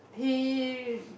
he